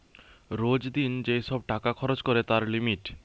রোজ দিন যেই সব টাকা খরচ করে তার লিমিট